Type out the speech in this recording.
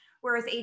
whereas